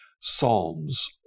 Psalms